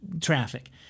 traffic